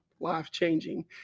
life-changing